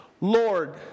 Lord